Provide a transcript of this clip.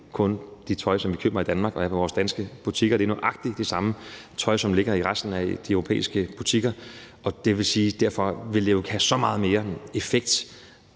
kun det tøj, som vi køber i Danmark, og som er i vores danske butikker; det er nøjagtig det samme tøj, som ligger i resten af de europæiske butikker. Derfor vil det jo have så meget mere effekt